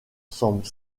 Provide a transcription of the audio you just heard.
semble